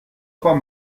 pas